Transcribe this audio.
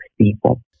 people